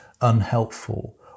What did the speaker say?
unhelpful